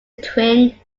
twin